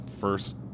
first